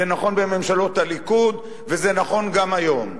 זה נכון בממשלות הליכוד וזה נכון גם היום.